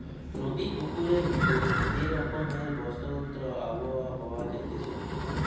নদী, পুকুরে, বিলে যে রকমকারের বাস্তুতন্ত্র আবহাওয়া পাওয়া যাইতেছে